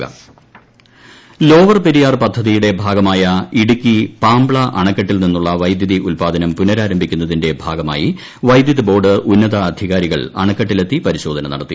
ട്ടടടടടട lower Periyar ്പദ്ധതി lower Periyar പദ്ധതിയുടെ ഭാഗമായ ഇടുക്കി പാംബ്ള അണക്കെട്ടിൽനിന്നുള്ള വൈദ്യുതി ഉത്പാദനം പുനരാരംഭിക്കുന്നതിന്റെ ഭാഗമായി വൈദ്യുതി ബോർഡ് ഉന്നതാധികാരികൾ അണക്കെട്ടിൽ എത്തി പരിശോധന നടത്തി